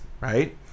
right